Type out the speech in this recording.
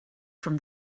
from